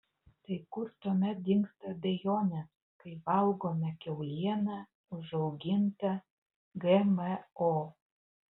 tai kur tuomet dingsta abejonės kai valgome kiaulieną užaugintą gmo